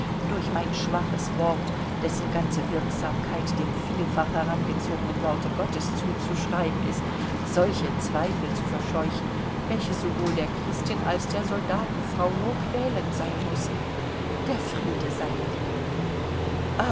durch mein schwaches wort dessen ganze wirksamkeit dem vielfach herangezogenen worte gottes zuzuschreiben ist solche zweifel zu verscheuchen welche sowohl der christin als der soldatenfrau nur quälend sein mußten der friede sei mit ihnen